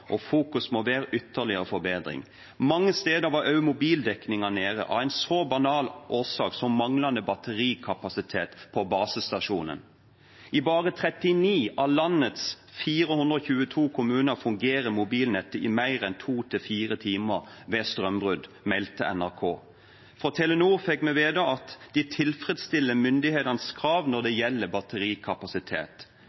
og fokus må være på ytterligere forbedring. Men mange steder var også mobildekningen nede – av en så banal årsak som manglende batterikapasitet på basestasjonen. I bare 39 av landets 422 kommuner fungerer mobilnettet i mer enn to til fire timer ved strømbrudd, meldte NRK. Fra Telenor fikk vi vite at de tilfredsstiller myndighetenes krav når det